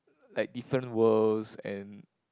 like different worlds and